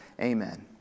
amen